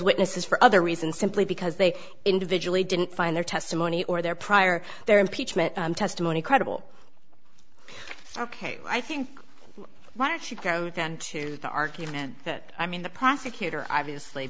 witnesses for other reasons simply because they individually didn't find their testimony or their prior their impeachment testimony credible ok i think what it should go down to the argument that i mean the prosecutor obviously